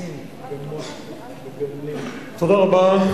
תודה רבה.